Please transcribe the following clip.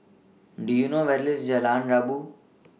Do YOU know Where IS Jalan Rabu